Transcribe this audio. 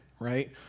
right